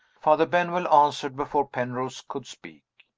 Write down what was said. father benwell answered before penrose could speak.